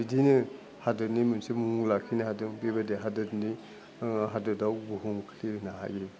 बिदिनो हादोरनि मोनसे मुं लाखिनो हादों बेबादि हादोदनि हादोदाव बुहुमक्लिरिनो हायो